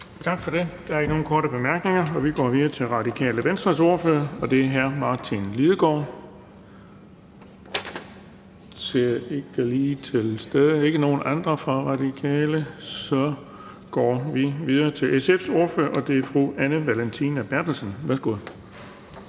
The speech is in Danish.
Tak for det. Der er ikke nogen korte bemærkninger. Vi går videre til Radikale Venstres ordfører, og det er hr. Martin Lidegaard ... Det ser ikke ud til, at han lige er til stede. Er der ikke andre fra Radikale, går vi videre til SF's ordfører, og det er fru Anne Valentina Berthelsen. Kl.